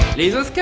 reasons.